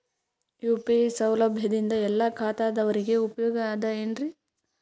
UPI ಸೌಲಭ್ಯದಿಂದ ಎಲ್ಲಾ ಖಾತಾದಾವರಿಗ ಉಪಯೋಗ ಅದ ಏನ್ರಿ?